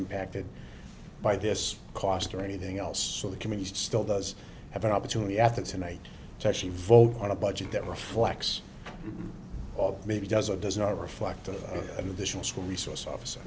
impacted by this cost or anything else so the committee still does have an opportunity after tonight to actually vote on a budget that reflects or maybe does or does not reflect an additional school resource officer